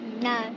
no